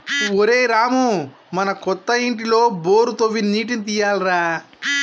ఒరేయ్ రామూ మన కొత్త ఇంటిలో బోరు తవ్వి నీటిని తీయాలి రా